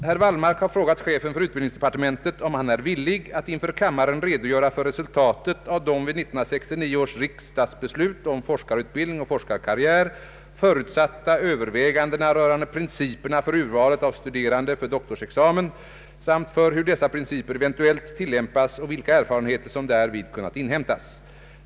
Herr Wallmark har frågat chefen för utbildningsdepartementet om han är villig att inför kamma ren redogöra för resultatet av de vid 1969 års riksdagsbeslut om forskarutbildning och forskarkarriär förutsatta övervägandena rörande principerna för urvalet av studerande för doktorsexamen samt för hur dessa principer eventuellt tillämpas och vilka erfarenheter som därvid kunnat inhämtas.